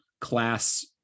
class